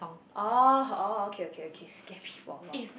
orh orh okay okay okay scare me for a while